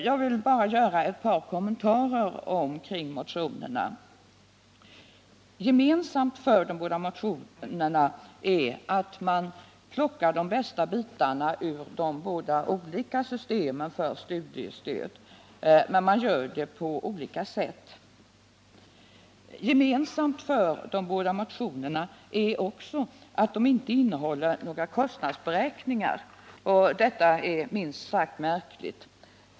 Jag vill dock göra ett par kommentarer till motionerna. Gemensamt för de båda motionerna är att man plockar de bästa bitarna ur de två olika systemen för studiestöd. Man gör det emellertid på olika sätt. Motionerna har också det gemensamt att de inte innehåller några kostnadsberäkningar. Detta är minst sagt märkligt.